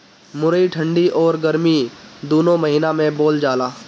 मुरई ठंडी अउरी गरमी दूनो महिना में बोअल जाला